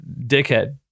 Dickhead